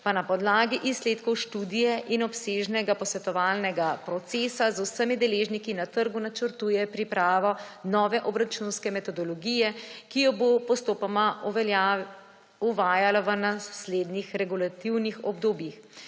pa na podlagi izsledkov študije in obsežnega posvetovalnega procesa z vsemi deležniki na trgu načrtuje pripravo nove obračunske metodologije, ki jo bo postopoma uvajala v naslednjih regulativnih obdobjih.